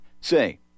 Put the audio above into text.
Say